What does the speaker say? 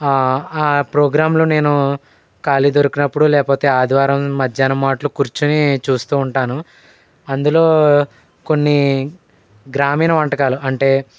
ఆ ప్రోగ్రాంలో నేను ఖాళీ దొరికినప్పుడు లేకపోతే ఆదివారం మధ్యాహ్నం మాట్లు కూర్చొని చూస్తూ ఉంటాను అందులో కొన్ని గ్రామీణ వంటకాలు అంటే